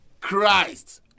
Christ